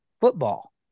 football